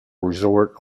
resort